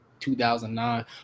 2009